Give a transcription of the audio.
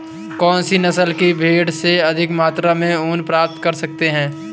कौनसी नस्ल की भेड़ से अधिक मात्रा में ऊन प्राप्त कर सकते हैं?